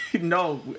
No